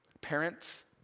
parents